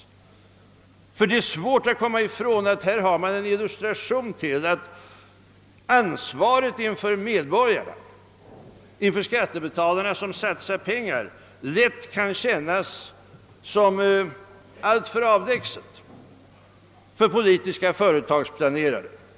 Det är nämligen svårt att komma ifrån att här har man en illustration till att ansvaret inför medborgarna, inför skattebetalarna som satsar pengar, lätt kan kännas alltför avlägset för politiska företagsplanerare.